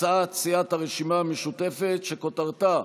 הצעת סיעת הרשימה המשותפת, שכותרתה: